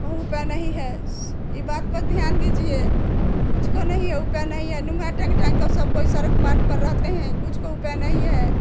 कहूँ पर नहीं है ये बात पर ध्यान दीजिए कुछ तो नहीं हैं उपाय नहीं हैं नोह टांग टांग के सब कोई सड़क बाट पर रहते हैं कुछ को उपाय नहीं है